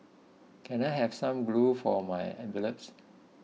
can I have some glue for my envelopes